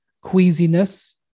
queasiness